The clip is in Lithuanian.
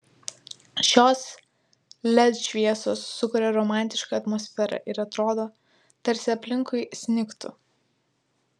šios led šviesos sukuria romantišką atmosferą ir atrodo tarsi aplinkui snigtų